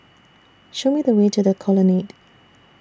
Show Me The Way to The Colonnade